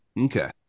Okay